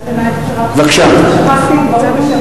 אדוני היושב-ראש, הבטחתי להעביר דברים בשם